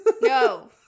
no